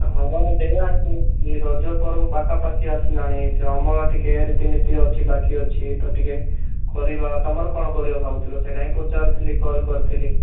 ହଁ ପା ସେଇଆ ରଜପର୍ବ ପାଖାପାଖି ଆସିଲାଣି ସେ ଅମଳ ଟିକିଏ ରିତିନିତି ଅଛି ବାକି ଅଛି ତ ଟିକିଏ କରିବା ତମର କଣ କରିବ ଭାବୁଥିଲ ସେଇଟା ହିଁ ପଚାରୁଥିଲି କଲ୍ କରିଥିଲି